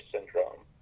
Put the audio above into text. Syndrome